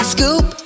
Scoop